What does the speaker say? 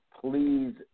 please